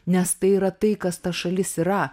nes tai yra tai kas ta šalis yra